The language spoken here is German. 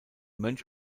mönch